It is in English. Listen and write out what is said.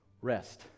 Rest